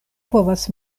povas